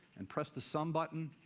and press the sum button.